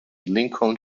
lincoln